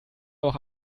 woche